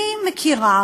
אני מכירה